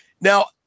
Now